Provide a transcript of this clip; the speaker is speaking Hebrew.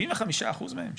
75% מהם,